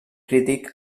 crític